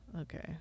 okay